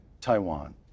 Taiwan